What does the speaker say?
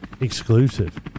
Exclusive